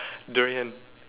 durian